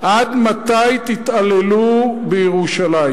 עד מתי תתעללו בירושלים?